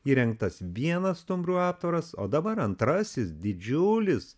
įrengtas vienas stumbrų aptvaras o dabar antrasis didžiulis